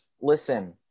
listen